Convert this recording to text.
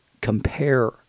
compare